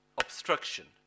obstruction